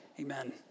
amen